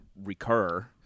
recur